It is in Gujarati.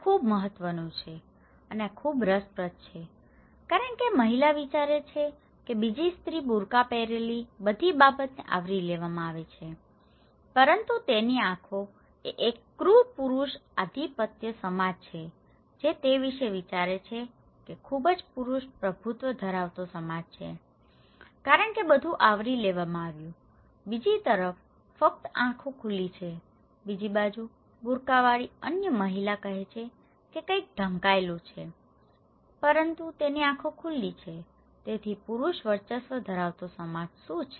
આ ખૂબ મહત્વનું છે અને આ ખૂબ જ રસપ્રદ છે કે આ મહિલા વિચારે છે કે બીજી સ્ત્રી બુર્કા પહેરેલી બધી બાબતોને આવરી લેવામાં આવે છે પરંતુ તેની આંખો એ એક ક્રૂર પુરુષ આધિપત્ય સમાજ છે જે તે વિચારે છે કે તે ખૂબ જ પુરુષ પ્રભુત્વ ધરાવતો સમાજ છે કારણ કે બધું આવરી લેવામાં આવ્યું છે બીજી તરફ ફક્ત આંખો ખુલી છે બીજી બાજુ બુર્કાવાળી અન્ય મહિલા કહે છે કે કંઇ ઢંકાયેલું નથી પરંતુ તેની આંખો ખુલી છે તેથી પુરુષ વર્ચસ્વ ધરાવતો સમાજ શું છે